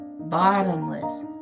bottomless